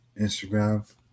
Instagram